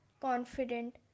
confident